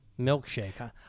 milkshake